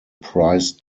price